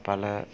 பல